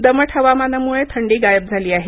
दमट हवामानामुळे थंडी गायब झाली आहे